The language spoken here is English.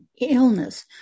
illness